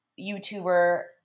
YouTuber